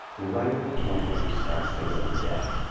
right at the point where he starts to go deaf.